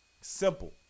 Simple